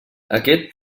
aquest